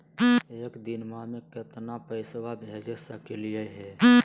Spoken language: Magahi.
एक दिनवा मे केतना पैसवा भेज सकली हे?